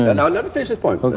ah now let her finish this point,